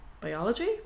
biology